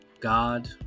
God